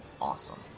awesome